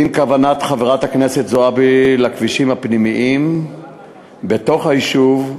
אם כוונת חברת הכנסת זועבי לכבישים הפנימיים בתוך היישוב,